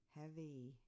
heavy